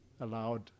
allowed